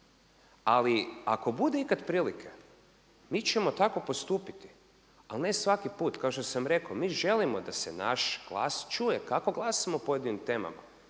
Ali ako bude ikad prilike mi ćemo tako postupiti, ali ne svaki put. Kao što sam rekao mi želimo da se naš glas čuje kako glasamo o pojedinim temama.